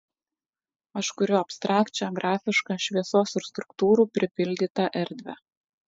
aš kuriu abstrakčią grafišką šviesos ir struktūrų pripildytą erdvę